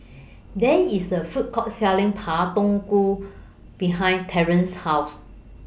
There IS A Food Court Selling Pak Thong Ko behind Terence's House